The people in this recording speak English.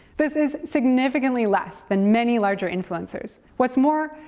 this is significantly less than many larger influencers. what's more,